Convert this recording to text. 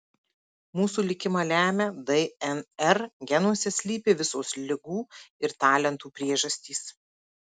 mūsų likimą lemia dnr genuose slypi visos ligų ir talentų priežastys